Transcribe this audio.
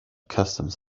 customs